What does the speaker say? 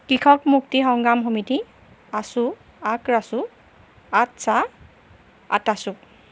কৃষক মুক্তি সংগ্ৰাম সমিতি আছু আক্ৰাছু আটাছা আটাছু